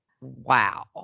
Wow